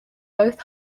both